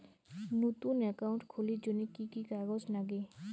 নতুন একাউন্ট খুলির জন্যে কি কি কাগজ নাগে?